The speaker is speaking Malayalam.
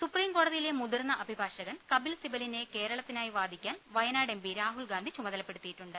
സുപ്രീംകോടതിയിലെ മുതിർന്ന അഭിഭാഷകൻ കപിൽ സിബ ലിനെ കേരളത്തിനായി വാദിക്കാൻ വയനാട് എംപി രാഹുൽ ഗാന്ധി ചുമതലപ്പെടുത്തിയിട്ടുണ്ട്